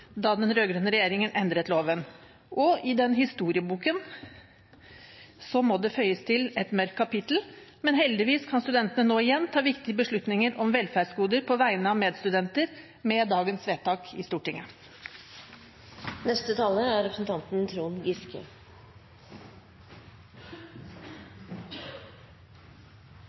da den rød-grønne regjeringen endret loven. I den historieboken må det føyes til et mørkt kapittel, men heldigvis kan studentene nå igjen ta viktige beslutninger om velferdsgoder på vegne av medstudenter med dagens vedtak i Stortinget. Dette er